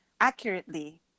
accurately